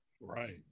Right